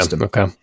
Okay